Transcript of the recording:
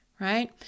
right